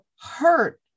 hurt